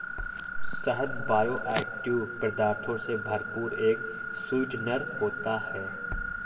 शहद बायोएक्टिव पदार्थों से भरपूर एक स्वीटनर होता है